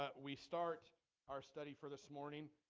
ah we start our study for this morning